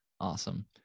awesome